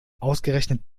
ausgerechnet